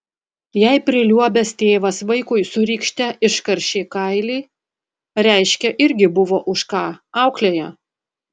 jei priliuobęs tėvas vaikui su rykšte iškaršė kailį reiškia irgi buvo už ką auklėja